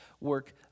work